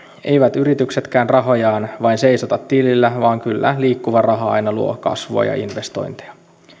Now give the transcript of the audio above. eivät yrityksetkään rahojaan vain seisota tilillä vaan kyllä liikkuva raha aina luo kasvua ja investointeja